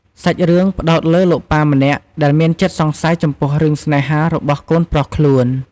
សាច់រឿងផ្តោតលើលោកប៉ាម្នាក់ដែលមានចិត្តសង្ស័យចំពោះរឿងស្នេហារបស់កូនប្រុសខ្លួន។